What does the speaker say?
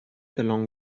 along